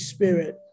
Spirit